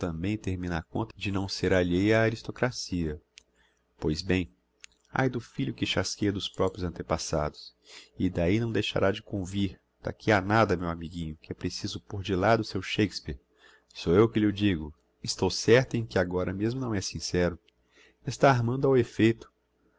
na conta de não ser alheia á aristocracia pois bem ai do filho que chasqueia dos proprios antepassados e d'ahi não deixará de convir d'aqui a nada meu amiguinho que é preciso pôr de lado o seu shakespeare sou eu que lh'o digo estou certa em que agora mesmo não é sincéro está armando ao effeito